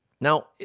Now